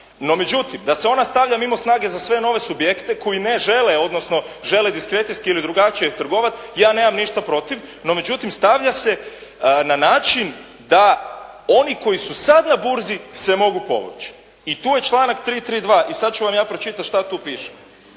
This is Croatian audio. No međutim, da se ona stavlja mimo snage za sve nove subjekte koji ne žele, odnosno žele diskrecijski ili drugačije trgovati, ja nemam ništa protiv, no međutim stavlja se na način da oni koji su sada na burzi se mogu povući. I tu je članak 332. I sada ću vam ja pročitati što tu piše.